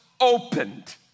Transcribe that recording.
opened